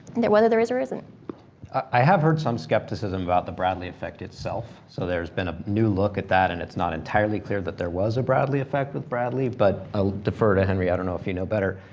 and whether there is or isn't i have heard some skepticism about the bradley effect itself. so there's been a new look at that and it's not entirely clear that there was a bradley effect with bradley, but i'll defer to henry, i don't know if you know better.